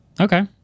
Okay